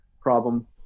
problem